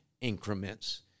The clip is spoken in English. increments